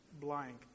blank